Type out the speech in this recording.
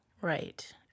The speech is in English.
Right